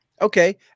okay